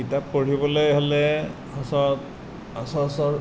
কিতাপ পঢ়িবলৈ হ'লে সচ সচৰাচৰ